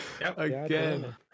again